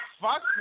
Fuck